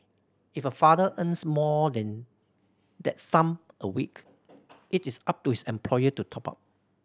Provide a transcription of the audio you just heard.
if a father earns more than that sum a week it is up to his employer to top up